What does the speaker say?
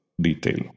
detail